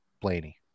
Blaney